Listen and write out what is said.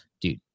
dude